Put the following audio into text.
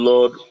Lord